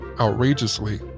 outrageously